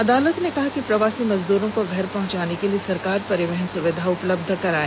अदालत ने कहा कि प्रवासी मजदूरों को घर पहुंचाने के लिए सरकार परिवहन सुविधा उपलब्ध कराए